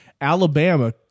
Alabama